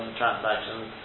transactions